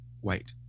white